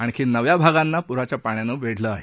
आणखी नव्या भागांना पुराच्या पाण्यानं वेढलं आहे